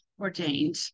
ordained